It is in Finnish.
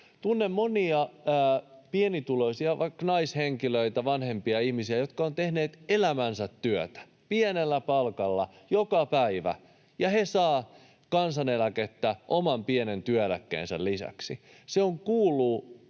Tunnen monia pienituloisia, vaikka naishenkilöitä, vanhempia ihmisiä, jotka ovat tehneet elämänsä työtä pienellä palkalla joka päivä, ja he saavat kansaneläkettä oman pienen työeläkkeensä lisäksi. Se kuuluu